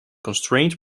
constraint